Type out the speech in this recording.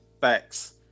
Facts